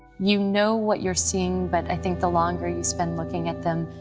you know what you're seeing, but i think the longer you spend looking at them,